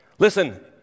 Listen